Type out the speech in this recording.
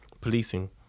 policing